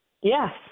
Yes